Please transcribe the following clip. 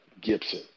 Gibson